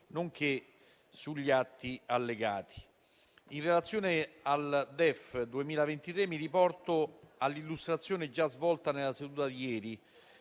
nonché sugli atti allegati. In relazione al DEF 2023, mi riporto all'illustrazione già svolta nella seduta di ieri,